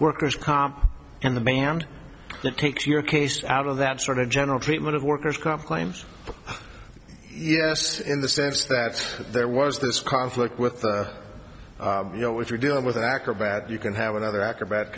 workers comp and the band that takes your case out of that sort of general treatment of workers comp claims yes in the sense that there was this conflict with you know what you're dealing with acrobat you can have another acrobat